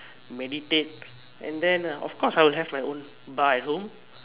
meditate and then of course I'll have my own bar at home